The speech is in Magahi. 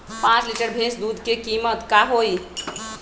पाँच लीटर भेस दूध के कीमत का होई?